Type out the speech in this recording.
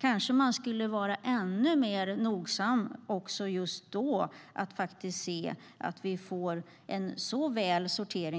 Kanske man skulle vara ännu mer nogsam just då och se till att vi får en så bra sortering